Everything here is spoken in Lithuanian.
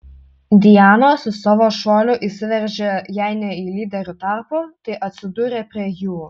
diana su savo šuoliu įsiveržė jei ne į lyderių tarpą tai atsidūrė prie jų